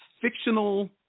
fictional